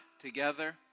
together